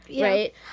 Right